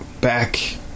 back